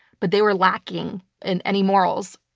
but they were lacking in any morals,